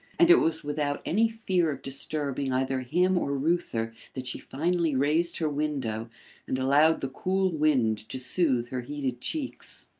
and it was without any fear of disturbing either him or reuther that she finally raised her window and allowed the cool wind to soothe her heated cheeks.